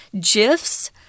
GIFs